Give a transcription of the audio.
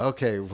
Okay